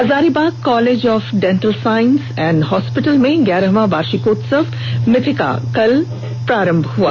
Hazaribagh college of dental science and hospital में ग्यारहवा वार्षिकोत्सव मिथिका कल प्रारंभ हुआ